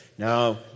Now